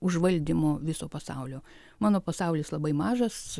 užvaldymo viso pasaulio mano pasaulis labai mažas